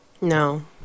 No